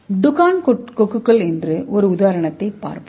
toucan கொக்குகளின் மற்றொரு உதாரணத்தைப் பார்ப்போம்